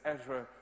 Ezra